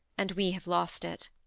and we have lost it.